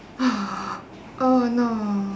oh no